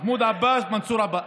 מחמוד עבאס, מנסור עבאס.